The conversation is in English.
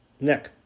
Nick